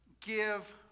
give